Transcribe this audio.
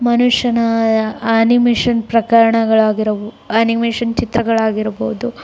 ಮನುಷ್ಯನ ಆನಿಮೇಷನ್ ಪ್ರಕಾರಣಗಳಾಗಿರಬೊ ಅನಿಮೇಷನ್ ಚಿತ್ರಗಳಾಗಿರಬಹುದು